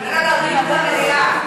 דיון במליאה.